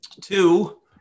two